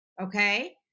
Okay